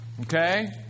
Okay